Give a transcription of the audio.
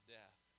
death